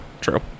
True